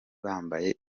bambaye